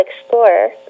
Explorer